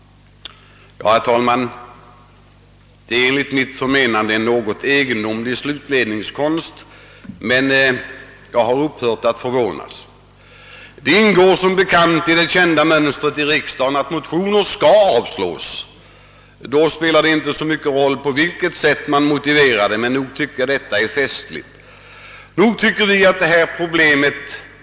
Herr talman! Enligt min mening är detta en något egendomlig slutledningskonst men jag har upphört att förvånas. Det ingår som bekant i riksdagens mönster att motioner skall avslås och då spelar det inte så stor roll hur detta motiveras. Men nog tycker jag att detta avslag är festligt.